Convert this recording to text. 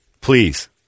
Please